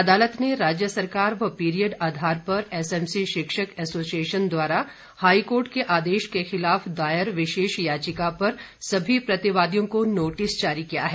अदालत ने राज्य सरकार व पीरियड आधार पर एस एम सी शिक्षक एसोसिएशन द्वारा हाईकोर्ट के आदेश के खिलाफ दायर विशेष याचिका पर सभी प्रतिवादियों को नोटिस जारी किया है